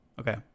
okay